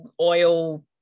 oil